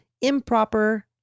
Improper